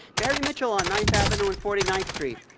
barry mitchell on ninth avenue and forty ninth street.